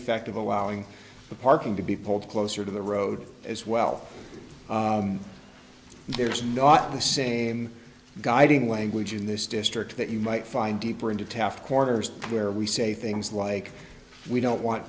effect of allowing the parking to be pulled closer to the road as well and there's not the same guiding language in this district that you might find deeper into taft corners where we say things like we don't want